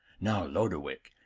now, lodowick,